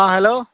অঁ হেল্ল'